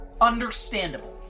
understandable